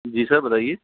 जी sir बताइए